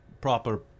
proper